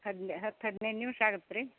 ಹಲ್ಯಾ ಹತ್ತು ಹದ್ನೈದು ನಿಮಿಷ ಆಗುತ್ತೆ ರೀ